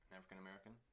African-American